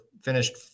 finished